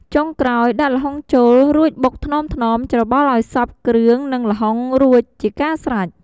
ចុងក្រោយ ដាក់ល្ហុងចូល រួចបុកថ្នមៗ ច្របល់ឲ្យសព្វគ្រឿងនឹងល្ហុងរួចជាការស្រេច។